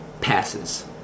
passes